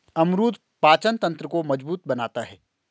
अमरूद पाचन तंत्र को मजबूत बनाता है